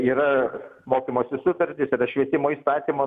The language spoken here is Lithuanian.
yra mokymosi sutartys yra švietimo įstatymo